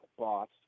boss